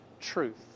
truth